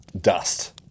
dust